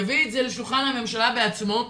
יביא את זה לשולחן הממשלה בעצמו,